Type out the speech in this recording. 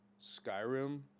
skyrim